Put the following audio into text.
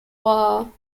war